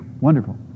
Wonderful